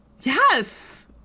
Yes